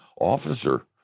Officer